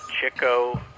Chico